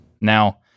Now